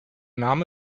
name